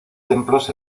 templos